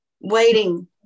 Waiting